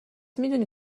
میدونی